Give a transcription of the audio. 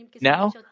Now